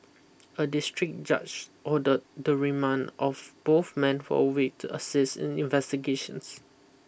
a district judge ordered the remand of both men for a week to assist in investigations